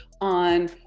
on